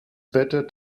better